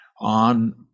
on